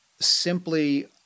simply